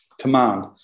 Command